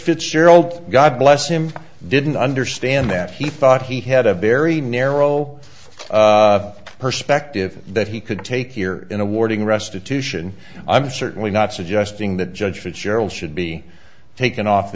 fitzgerald god bless him didn't understand that he thought he had a very narrow perspective that he could take here in awarding restitution i'm certainly not suggesting that judge fitzgerald should be taken off